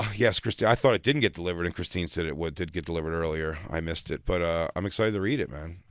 yes, christi i thought it didn't get delivered, and christine said it would did get delivered earlier. i missed it. but, ah, i'm excited to read it, man.